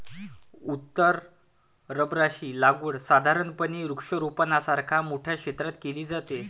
उत्तर रबराची लागवड साधारणपणे वृक्षारोपणासारख्या मोठ्या क्षेत्रात केली जाते